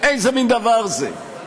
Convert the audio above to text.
איזה מין דבר זה?